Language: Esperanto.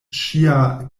ŝia